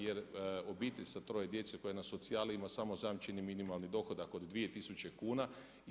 Jer obitelj sa troje djece koja je na socijali ima samo zajamčeni minimalni dohodak od 2000 kuna.